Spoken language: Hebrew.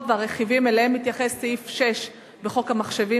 והרכיבים שאליהם מתייחס סעיף 6 בחוק המחשבים,